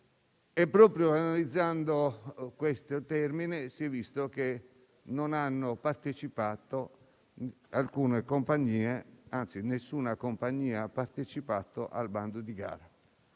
e, proprio analizzando questo termine, si è visto che nessuna compagnia ha partecipato al bando di gara.